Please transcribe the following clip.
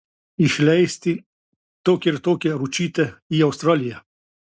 išleisti tokią ir tokią ručytę į australiją